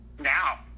Now